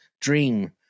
dream